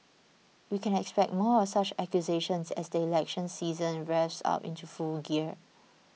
we can expect more of such accusations as the election season revs up into full gear